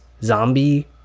zombie